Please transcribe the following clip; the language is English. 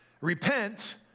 Repent